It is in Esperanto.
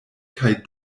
kaj